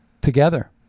together